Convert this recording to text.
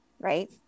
right